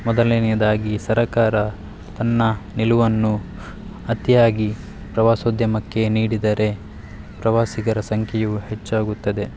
ಮೊದಲನೆಯದಾಗಿ ಸರಕಾರ ತನ್ನ ನಿಲುವನ್ನು ಅತಿಯಾಗಿ ಪ್ರವಾಸೋದ್ಯಮಕ್ಕೆ ನೀಡಿದರೆ ಪ್ರವಾಸಿಗರ ಸಂಖ್ಯೆಯು ಹೆಚ್ಚಾಗುತ್ತದೆ